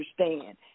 understand